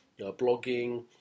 blogging